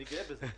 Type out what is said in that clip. אני גאה בזה.